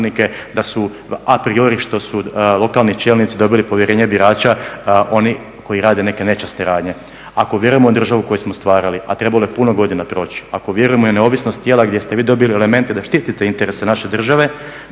da su … što su lokalni čelnici dobili povjerenje birača oni koji rade neke nečasne radnje. Ako vjerujemo u državu koju smo stvarali, a trebalo je puno godina proći, ako vjerujemo u neovisnost tijela gdje ste vi dobili elemente da štitite interese naše države